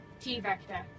T-vector